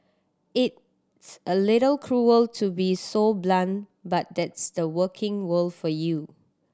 it's a little cruel to be so blunt but that's the working world for you